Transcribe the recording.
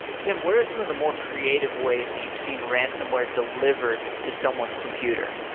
tim, what are some of the more creative ways that you've seen ransonware delivered to someone's computer?